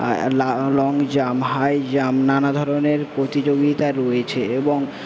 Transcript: আর long jump high jump নানা ধরনের প্রতিযোগিতা রয়েছে এবং